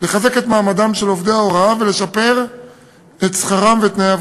לחזק את מעמדם של עובדי ההוראה ולשפר את שכרם ואת תנאי עבודתם.